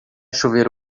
chover